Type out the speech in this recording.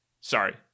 sorry